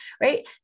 right